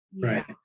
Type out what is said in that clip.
Right